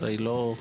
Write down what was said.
הרי זה לא,